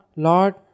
Lord